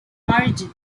origin